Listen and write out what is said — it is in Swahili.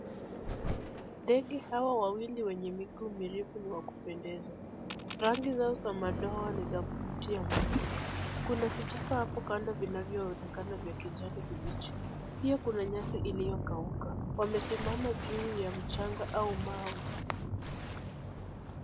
Ndege hawa wawili wenye miguu mirefu ni wa kupendeza. Rangi zao za madoa ni za kuvutia mno. Kuna vichaka hapo kando vinavyoonekana vya kijani kibichi. Pia kuna nyasi iliyokauka. Wamesimama juu ya mchanga au mawe.